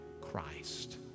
Christ